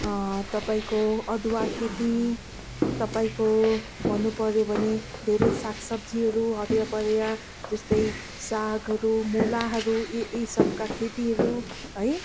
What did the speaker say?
तपाईँको अदुवा खेती तपाईँको भन्नुपऱ्यो भने धेरै सागसब्जीहरू हरियापरिया जस्तै सागहरू मूलाहरू यी यी सबका खेतीहरू है